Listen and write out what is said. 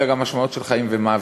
אלא גם משמעויות של חיים ומוות,